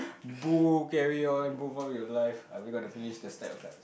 boo carry on move on your life are we going to finish the step or cut